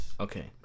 Okay